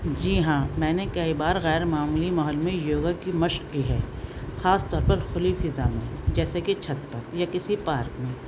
جی ہاں میں نے کئی بار غیرمعمولی ماحول میں یوگا کی مشق کی ہے خاص طور پر کھلی فضا میں جیسے کہ چھت پر یا کسی پارک میں